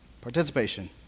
Participation